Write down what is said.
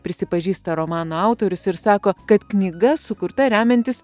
prisipažįsta romano autorius ir sako kad knyga sukurta remiantis